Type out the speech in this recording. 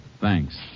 Thanks